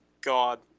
God